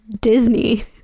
disney